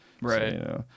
Right